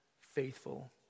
faithful